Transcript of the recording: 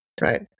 Right